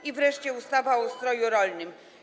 I wreszcie ustawa o ustroju rolnym.